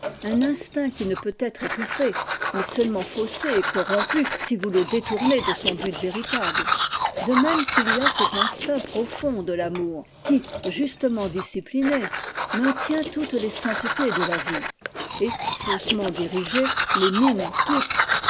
un x instinct qui ne peut être étouné mais seulement faussé et corrompu si vous le détournez de son but véritable de même qu'il y a cet instinct profond de l'amour qui justement discipliné maitient toutes les saintetés de la vie et faussement dirigé tes mine toutes